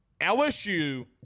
LSU